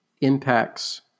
impacts